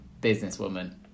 businesswoman